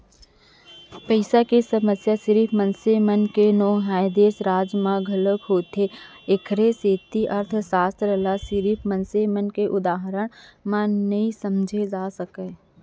पइसा के समस्या सिरिफ मनसे के नो हय, देस, राज म घलोक होथे एखरे सेती अर्थसास्त्र ल सिरिफ मनसे के उदाहरन म नइ समझे जा सकय